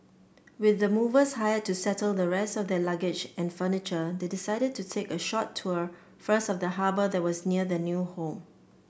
with the movers hired to settle the rest of their luggage and furniture they decided to take a short tour first of the harbour that was near their new home